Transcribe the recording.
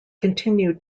continue